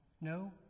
No